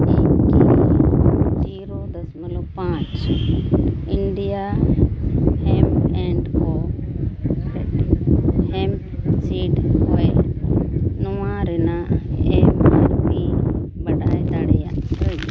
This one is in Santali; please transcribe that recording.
ᱤᱧᱠᱤ ᱡᱤᱨᱳ ᱫᱚᱥᱚᱢᱤᱠ ᱯᱟᱸᱪ India hemp and co hemp seed oil ᱨᱮ ᱱᱚᱣᱟ ᱨᱮᱱᱟᱜ ᱮᱢ ᱟᱨ ᱯᱤ ᱵᱟᱰᱟᱭ ᱫᱟᱲᱮᱭᱟᱜ ᱟᱹᱧ